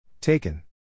Taken